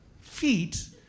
feet